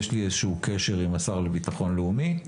יש לי איזשהו קשר עם השר לביטחון לאומי,